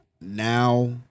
now